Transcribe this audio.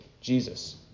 Jesus